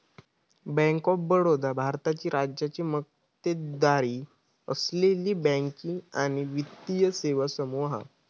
bank of Baroda भारताची राज्याची मक्तेदारी असलेली बँकिंग आणि वित्तीय सेवा समूह हा